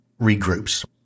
regroups